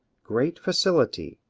great facility,